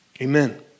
Amen